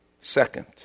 second